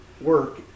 work